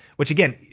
which again,